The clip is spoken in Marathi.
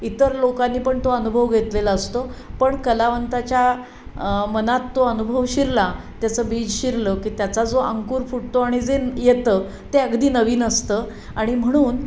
इतर लोकांनी पण तो अनुभव घेतलेला असतो पण कलावंताच्या मनात तो अनुभव शिरला त्याचं बीज शिरलं की त्याचा जो अंकूर फुटतो आणि जे येतं ते अगदी नवीन असतं आणि म्हणून